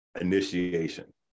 Initiation